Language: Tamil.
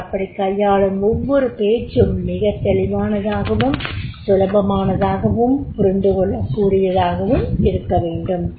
அவர் அப்படிக் கையாளும் ஒவ்வொரு பேச்சும் மிகத் தெளிவானதாகவும் சுலபமானதாகவும் புரிந்துகொள்ளக்கூடியதாகவும் இருக்கவேண்டும்